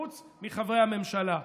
חוץ מחברי הממשלה.